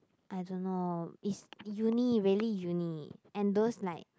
I don't know it's uni really uni and those like